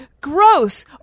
gross